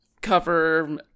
cover